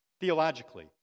theologically